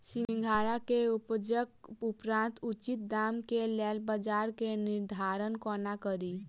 सिंघाड़ा केँ उपजक उपरांत उचित दाम केँ लेल बजार केँ निर्धारण कोना कड़ी?